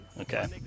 okay